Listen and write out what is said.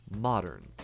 modern